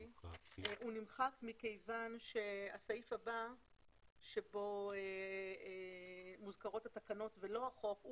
מכיוון שהסעיף הבא בו מוזכרות התקנות ולא החוק,